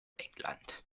england